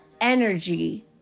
energy